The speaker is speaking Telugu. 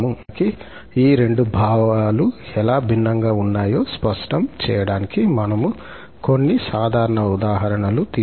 రెండు రకాల కన్వర్జెన్స్ మధ్య వ్యత్యాసం చూపించడానికి ఈ రెండు భావాలు ఎలా భిన్నంగా ఉన్నాయో స్పష్టం చేయడానికి మనము కొన్ని సాధారణ ఉదాహరణలు తీసుకుంటాము